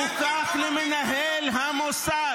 המוסד